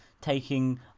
taking